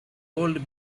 old